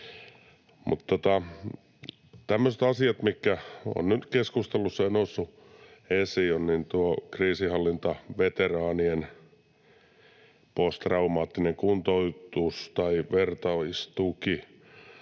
Tämmöisiä asioita, mitä nyt on keskustelussa noussut esiin, on kriisinhallintaveteraanien posttraumaattinen kuntoutus tai vertaistuki.